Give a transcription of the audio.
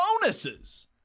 bonuses